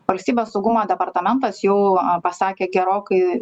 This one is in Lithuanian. valstybės saugumo departamentas jau pasakė gerokai